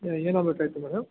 ಏನಾಗಬೇಕಾಗಿತ್ತು ಮೇಡಮ್